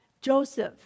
Joseph